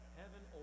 heaven